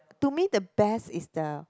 to me the best is the